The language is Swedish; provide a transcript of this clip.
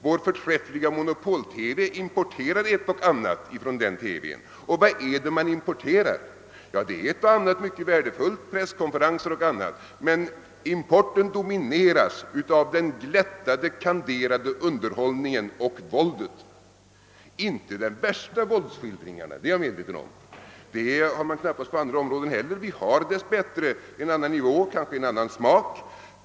Vår förträffliga monopol-TV importerar ett och annat därifrån. Och vad är det man importerar? Ja, en del är mycket värdefullt: presskonferenser och annat sådant material. Men importen domineras av den glättade, kanderade underhållningen och våldet. Inte de värsta våldsskildringarna, det är jag medveten om. Vi har dess bättre en annan nivå, kanske en annan smak.